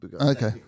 Okay